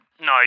No